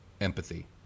empathy